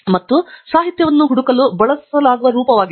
ಮತ್ತು ಸಾಹಿತ್ಯವನ್ನು ಹುಡುಕಲು ಬಳಸಲಾಗುವ ರೂಪವಾಗಿದೆ